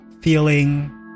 feeling